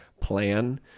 plan